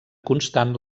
constant